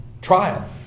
trial